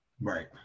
right